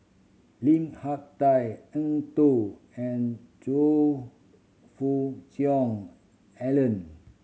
Lim Hak Tai Eng Tow and Choe Fook Cheong Alan